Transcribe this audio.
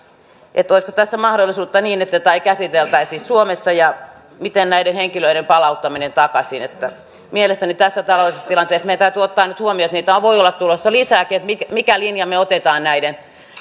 että olisiko tässä sitä mahdollisuutta että tätä ei käsiteltäisi suomessa ja miten on näiden henkilöiden palauttaminen takaisin mielestäni tässä taloudellisessa tilanteessa meidän täytyy ottaa nyt huomioon että näitä voi olla tulossa lisääkin minkä minkä linjan me otamme näiden